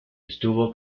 estuvo